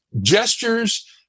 gestures